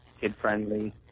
kid-friendly